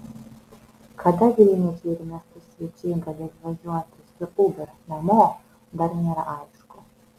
kada vilniečiai ir miesto svečiai galės važiuoti su uber namo dar nėra aišku